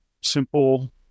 simple